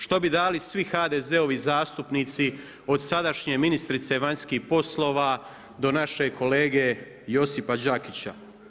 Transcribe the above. Što bi dali svi HDZ-ovi zastupnici od sadašnje ministrice vanjskih poslova do našeg kolege Josipa Đakića?